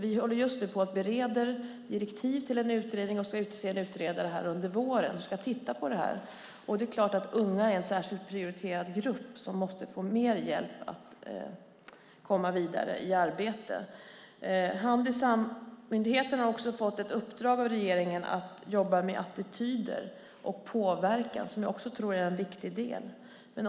Vi håller just nu på att bereda direktiv till en utredning och ska utse en utredare under våren som ska titta på det här. Det är klart att unga är en särskilt prioriterad grupp som måste få mer hjälp att komma vidare i arbetet. Handisam har fått ett uppdrag av regeringen att jobba med attityder och påverkan, som jag också tror är en viktig del.